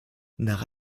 nach